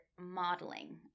modeling